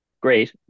great